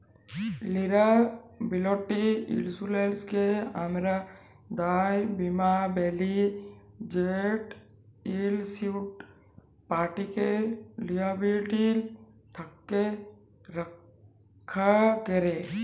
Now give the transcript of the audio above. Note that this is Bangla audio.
লিয়াবিলিটি ইলসুরেলসকে আমরা দায় বীমা ব্যলি যেট ইলসিওরড পাটিকে লিয়াবিলিটি থ্যাকে রখ্যা ক্যরে